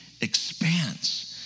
expanse